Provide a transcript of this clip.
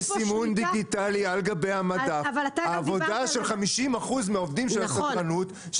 סימון דיגיטלי על גבי המדף העבודה של 50% מהעובדים של הסדרנות,